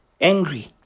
Angry